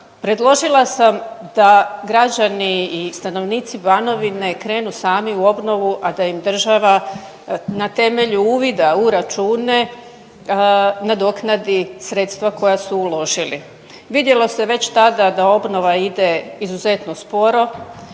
predložila sam da građani i stanovnici Banovine krenu sami u obnovu, a da im država na temelju uvida u račune nadoknadi sredstva koja su uložili. Vidjelo se već tada da obnova ide izuzetno sporo